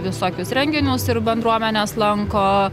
visokius renginius ir bendruomenes lanko